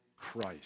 Christ